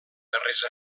carrers